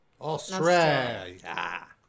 Australia